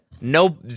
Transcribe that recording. No